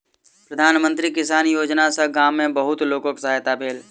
प्रधान मंत्री किसान योजना सॅ गाम में बहुत लोकक सहायता भेल